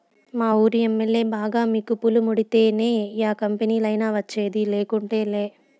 మావూరి MLA బాగా మికుపులు ముడితేనే యా కంపెనీలైనా వచ్చేది, లేకుంటేలా